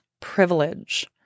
Privilege